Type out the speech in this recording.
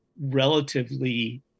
relatively